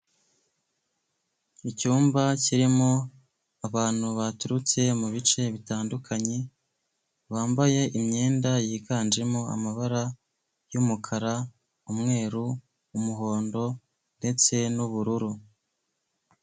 Icyumba kirimo abantu baturutse mubice bitandukanye bambaye imyenda yiganjemo amabara y'umukara umweru umuhondo ndetse nu'ubururu.